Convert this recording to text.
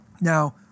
Now